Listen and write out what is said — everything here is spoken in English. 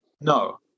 No